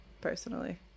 personally